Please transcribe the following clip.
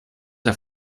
der